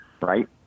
Right